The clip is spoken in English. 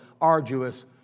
arduous